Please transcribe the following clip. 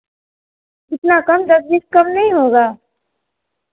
इतना कम दस बीस कम नहीं होगा